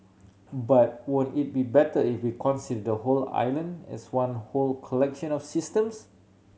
but won't it be better if we consider the whole island as one whole collection of systems